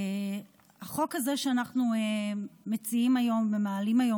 החוק הזה שאנחנו מציעים היום ומעלים היום